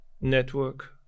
network